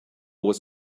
was